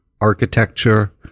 architecture